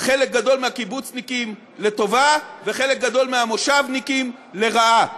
חלק גדול מהקיבוצניקים לטובה וחלק גדול מהמושבניקים לרעה.